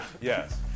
yes